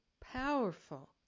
powerful